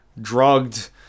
drugged